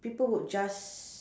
people would just